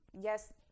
yes